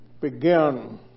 begin